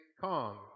Kong